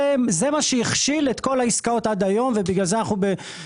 זה מה שהכשיל את כל העסקאות עד היום ולכן אנחנו בהוראת